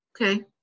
Okay